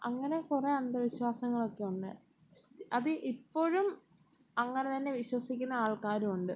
അങ്ങനെ കുറെ അന്ധവിശ്വാസങ്ങൾ ഒക്കെ ഉണ്ട് അത് ഇപ്പോഴും അങ്ങനെ തന്നെ വിശ്വസിക്കുന്ന ആൾക്കാരും ഉണ്ട്